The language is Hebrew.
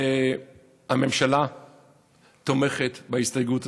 הממשלה תומכת בהסתייגות הזאת.